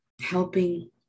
helping